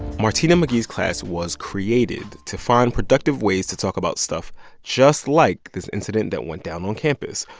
martina mcghee's class was created to find productive ways to talk about stuff just like this incident that went down on campus.